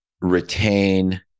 retain